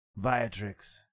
Viatrix